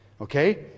okay